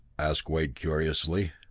asked wade curiously.